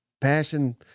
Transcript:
Passion